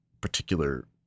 particular